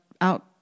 out